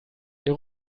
ihr